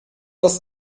das